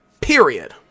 period